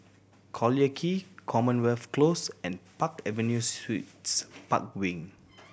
Collyer Quay Commonwealth Close and Park Avenue Suites Park Wing